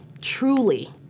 Truly